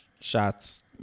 shots